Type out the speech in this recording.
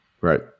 Right